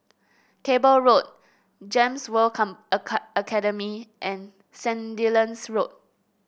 Cable Road Gems World Come Academy and Sandilands Road